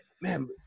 man